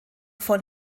von